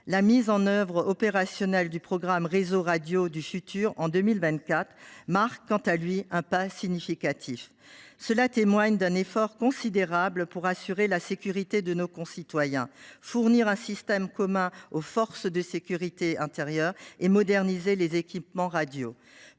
La mise en œuvre opérationnelle, en 2024, du réseau Radio du futur (RRF) marque un pas significatif : elle témoigne d’un effort considérable pour assurer la sécurité de nos concitoyens, fournir un système commun aux forces de sécurité intérieure et moderniser les équipements radio.